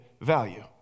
value